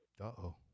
Uh-oh